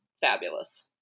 fabulous